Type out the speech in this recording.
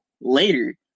later